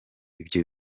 ibyo